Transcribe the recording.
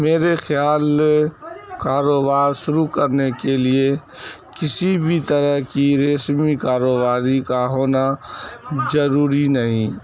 میرے خیال کاروبار شروع کرنے کے لیے کسی بھی طرح کی کاروباری کا ہونا ضروری نہیں